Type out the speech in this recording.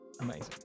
Amazing